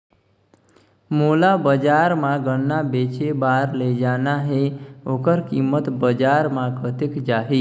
मोला बजार मां गन्ना बेचे बार ले जाना हे ओकर कीमत बजार मां कतेक जाही?